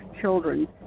children